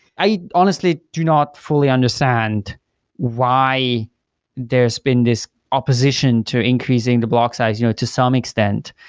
i honestly do not fully understand why there's been this opposition to increasing the block size you know to some extent.